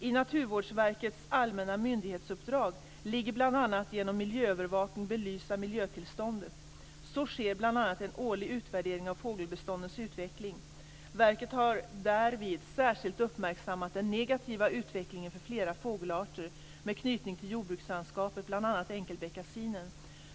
I Naturvårdsverkets allmänna myndighetsuppdrag ligger bl.a. att genom miljöövervakning belysa miljötillståndet. Så sker bl.a. en årlig utvärdering av fågelbeståndens utveckling. Verket har därvid särskilt uppmärksammat den negativa utvecklingen för flera fågelarter med knytning till jordbrukslandskapet, bl.a. enkelbeckasinen.